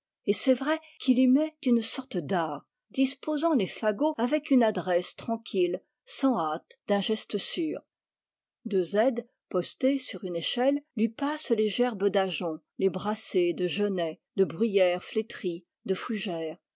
et c'est vrai qu'il y met une sorte d'art disposant les fagots avec une adresse tranquille sans hâte d'un geste sûr deux aides postés sur une échelle lui passent les gerbes d'ajoncs les brassées de genêts de bruyère flétrie de fougères